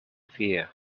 fear